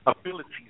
abilities